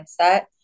mindset